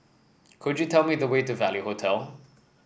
could you tell me the way to Value Hotel